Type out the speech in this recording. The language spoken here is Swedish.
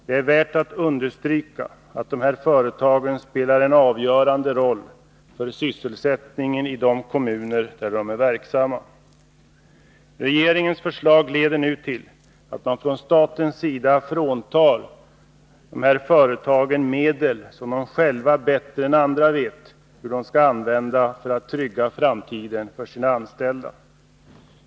Det är värt att understryka att dessa företag spelar en avgörande roll för sysselsättningen i de kommuner där de är verksamma. Regeringens förslag leder nu till att man från statens sida fråntar dessa företag medel, som de själva bättre än andra vet hur de skall använda för att trygga framtiden för sina anställda.